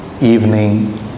evening